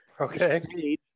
Okay